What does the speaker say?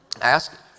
ask